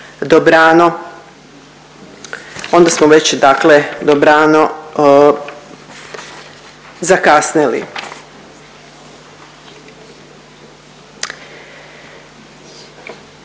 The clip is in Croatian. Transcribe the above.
dobrano, onda smo već dakle dobrano zakasnili.